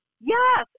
Yes